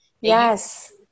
Yes